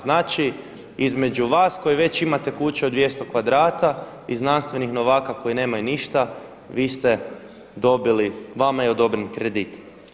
Znači između vas koji već imate kuću od 200 kvadrata i znanstvenih novaka koji nemaju ništa, vi ste dobili vama je odobren kredit.